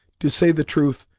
to say the truth,